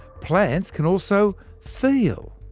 plants can also feel.